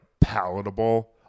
palatable